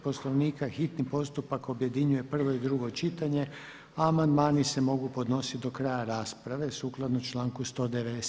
Poslovnika hitni postupak objedinjuje prvo i drugo čitanje, a amandmani se mogu podnositi do kraja rasprave sukladno članku 197.